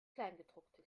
kleingedruckte